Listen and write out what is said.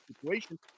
situation